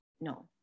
no